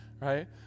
right